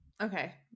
Okay